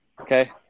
okay